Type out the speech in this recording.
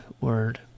word